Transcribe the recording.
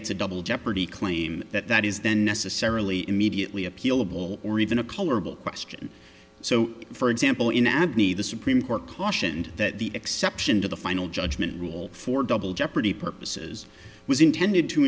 it's a double jeopardy claim that is then necessarily immediately appealable or even a colorable question so for example in apne the supreme court cautioned that the exception to the final judgment rule for double jeopardy purposes was intended to